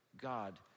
God